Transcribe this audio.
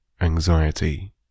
anxiety